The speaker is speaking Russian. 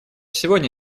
сегодня